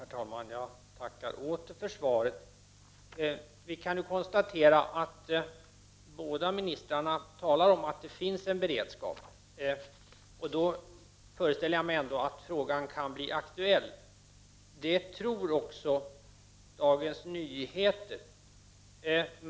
Herr talman! Jag tackar åter för svaret. Vi kan konstatera att båda ministrarna talar om att det finns en beredskap. Därför föreställer jag mig ändå att frågan kan bli aktuell. Det tror man också på Dagens Nyheter.